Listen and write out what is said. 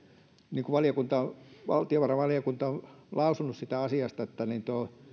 valtiovarainvaliokunta on lausunut siitä asiasta